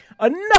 enough